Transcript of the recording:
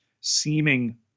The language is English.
seeming